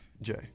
Jay